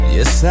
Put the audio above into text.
Yes